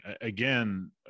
Again